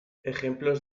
ejemplos